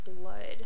blood